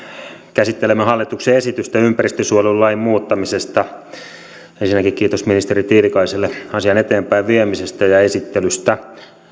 käsittelemme hallituksen esitystä ympäristönsuojelulain muuttamisesta ensinnäkin kiitos ministeri tiilikaiselle asian eteenpäinviemisestä ja esittelystä